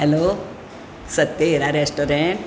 hello Satyahira restaurant